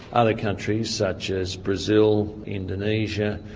other countries, such as brazil, indonesia,